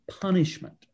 punishment